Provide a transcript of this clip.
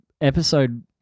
episode